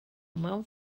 mewn